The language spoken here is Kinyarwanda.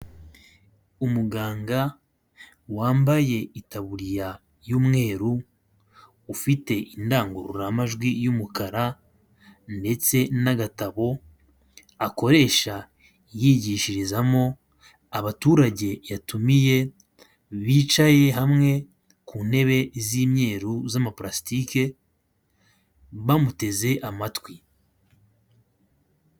Umuganga wambaye itaburiya y'umweru, ufite indangururamajwi y'umukara ndetse n'agatabo akoresha yigishirizamo abaturage yatumiye, bicaye hamwe ku ntebe z'imyeru z'amapurasitike, bamuteze amatwi.